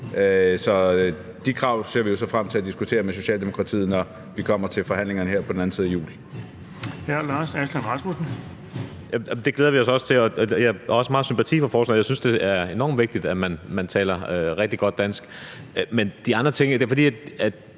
Og de krav ser vi jo så frem til at diskutere med Socialdemokratiet, når vi kommer til forhandlingerne her på den anden side af jul.